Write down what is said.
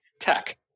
tech